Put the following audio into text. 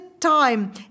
Time